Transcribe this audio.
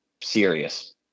serious